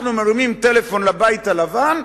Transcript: אנחנו מרימים טלפון לבית הלבן,